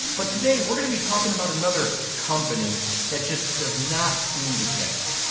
but today we're gonna be talking about another company that just does not seem to get it.